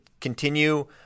continue